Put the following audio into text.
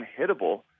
unhittable